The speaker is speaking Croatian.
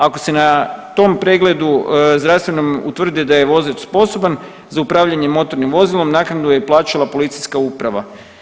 Ako se na tom pregledu zdravstvenom utvrdi da je vozač sposoban za upravljanje motornim vozilom naknadu je plaćala policijska uprava.